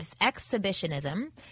exhibitionism